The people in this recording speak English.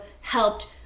helped